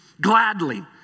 gladly